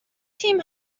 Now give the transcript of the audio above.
تیم